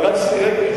מה זה שייך?